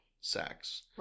sex